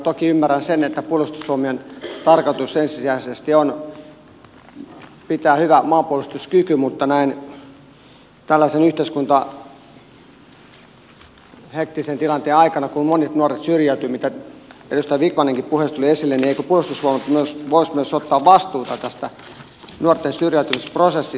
toki ymmärrän sen että puolustusvoimien tarkoitus ensisijaisesti on pitää hyvä maanpuolustuskyky mutta tällaisen hektisen yhteiskunnallisen tilanteen aikana kun monet nuoret syrjäytyvät mikä edustaja vikmaninkin puheessa tuli esille eikö puolustusvoimat voisi myös ottaa vastuuta tästä nuorten syrjäytymisprosessista